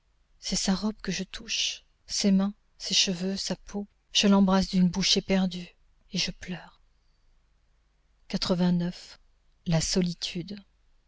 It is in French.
c'est sa robe que je touche ses mains ses cheveux sa peau je l'embrasse d'une bouche éperdue et je pleure la solitude